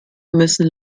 müssen